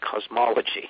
cosmology